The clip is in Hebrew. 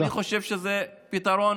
אני חושב שזה פתרון